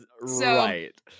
Right